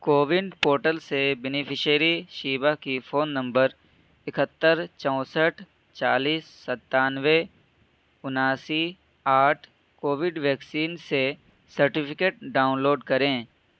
CoWIN portal سے beneficiary Shiba کی phone number اکہتر چونسٹھ چالیس ستانوے اناسی آٹھ کووڈ ویکسین سے سرٹیفکیٹ ڈاؤن لوڈ کریں